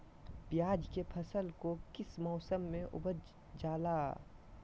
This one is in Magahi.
प्याज के फसल को किस मौसम में उपजल जाला?